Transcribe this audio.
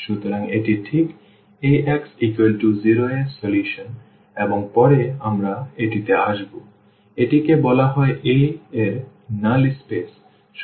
সুতরাং এটি ঠিক Ax0 এর সমাধান এবং পরে আমরা এটিতে আসব এটিকে বলা হয় a এর নাল স্পেস